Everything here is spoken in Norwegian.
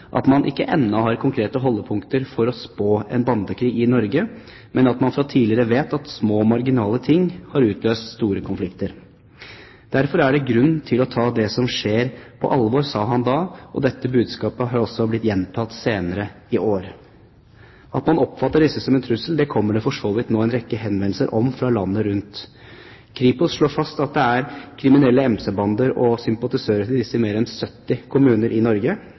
at man ikke ennå har konkrete holdepunkter for å spå en bandekrig i Norge, men at man fra tidligere vet at små, marginale hendelser har utløst store konflikter. Derfor er det grunn til å ta det som nå skjer på alvor, sa han da. Dette budskapet har også blitt gjentatt senere i år. At man oppfatter disse som en trussel, kommer det for så vidt en rekke henvendelser om fra landet rundt. Kripos slår fast at det er kriminelle MC-bander og sympatisører til disse i mer enn 70 kommuner i Norge.